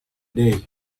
day